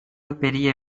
பெரிய